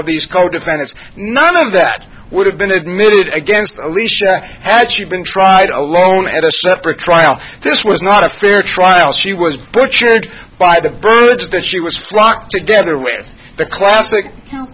of these co defendants none of that would have been admitted against alecia had she been tried alone at a separate trial this was not a fair trial she was butchered by the birds that she was flock together with the class